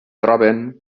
troben